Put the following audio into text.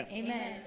amen